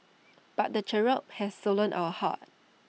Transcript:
but the cherub has stolen our hearts